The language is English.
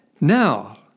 Now